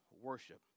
worship